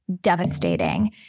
devastating